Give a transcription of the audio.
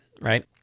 right